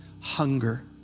hunger